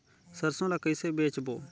सरसो ला कइसे बेचबो?